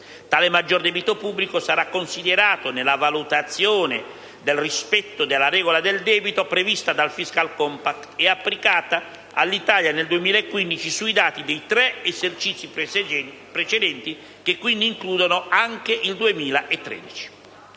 Tale maggiore debito pubblico sarà considerato nella valutazione del rispetto della regola del debito prevista dal *fiscal compact* e applicata all'Italia nel 2015 sui dati dei tre esercizi precedenti, che quindi includono anche il 2013.